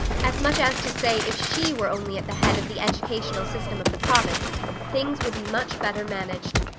as much as to say if she were only at the head of the educational system of the province things would be much better managed.